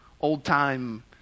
old-time